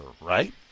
right